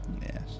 Yes